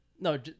no